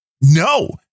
No